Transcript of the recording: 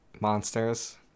monsters